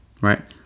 right